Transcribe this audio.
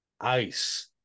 ice